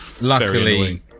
Luckily